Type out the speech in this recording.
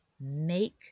Make